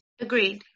Agreed